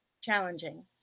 challenging